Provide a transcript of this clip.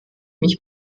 mich